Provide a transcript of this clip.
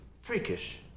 freakish